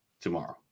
tomorrow